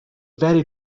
very